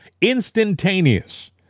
instantaneous